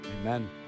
amen